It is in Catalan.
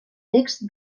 text